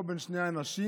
או בין שני אנשים.